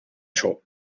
ciò